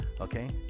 okay